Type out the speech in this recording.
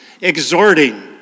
exhorting